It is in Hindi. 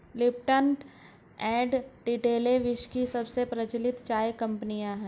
लिपटन एंड टेटले विश्व की सबसे प्रचलित चाय कंपनियां है